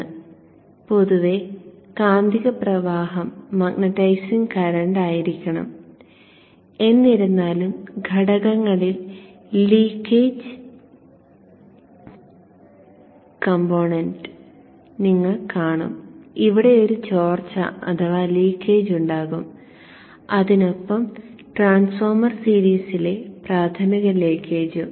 I പൊതുവെ കാന്തിക പ്രവാഹം ആയിരിക്കണം എന്നിരുന്നാലും ഘടകങ്ങളിൽ ലീക്കേജ് കംപോണേന്റ് നിങ്ങൾ കാണും ഇവിടെ ഒരു ചോർച്ച ഉണ്ടാകും അതിനൊപ്പം ട്രാൻസ്ഫോർമർ സീരീസിലെ പ്രാഥമിക ലീക്കേജും